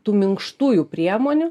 tų minkštųjų priemonių